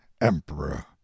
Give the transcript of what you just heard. emperor